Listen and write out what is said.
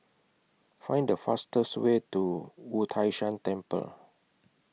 Find The fastest Way to Wu Tai Shan Temple